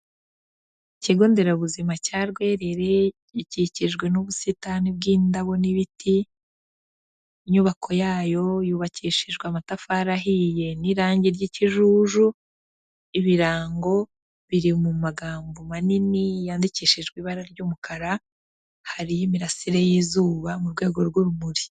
Ikigo nderabuzima cya Rwerere gikikijwe n'ubusitani bw'indabo n'ibiti, inyubako yayo yubakishijwe amatafari ahiye n'irange ry'ikijuju, ibirango biri mu magambo manini yandikishijwe ibara ry'umukara, hari imirasire y'izuba mu rwego rw'urumuri.